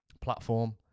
platform